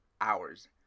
hours